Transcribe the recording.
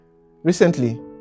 Recently